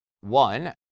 One